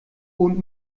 und